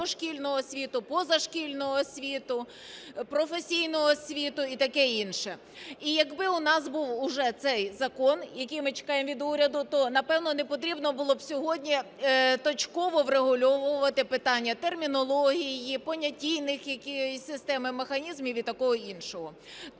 дошкільну освіту, позашкільну освіту, професійну освіту і таке інше. І якби у нас був уже цей закон, який ми чекаємо від уряду, то, напевно, не потрібно було б сьогодні точково врегульовувати питання термінології, понятійної якоїсь системи, механізмів і такого іншого.